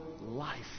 life